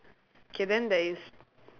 K then there is